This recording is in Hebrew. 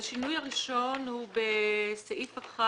השינוי הראשון הוא בסעיף 1